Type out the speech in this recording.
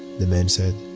the man said.